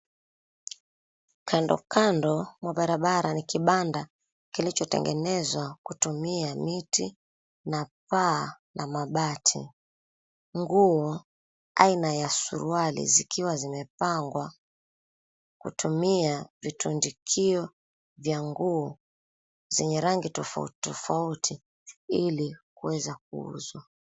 Kandonkando mwa barabara ni kibanda kilichotengenezwa kutumia miti na paa la mabati. Nguo aina ya suruale zikiwa zimepangwa kutumia vitundikio vya nguo zenye rangi tofauti tofauti iki kuweza kuuzwa.